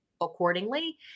accordingly